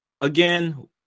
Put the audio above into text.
Again